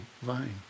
vine